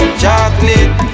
chocolate